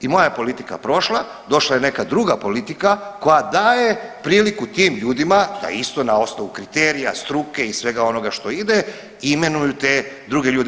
I moja je politika prošla, došla je neka druga politika koja daje priliku tim ljudima da isto na osnovu kriterija, struke i svega onoga što ide imenuju te druge ljude.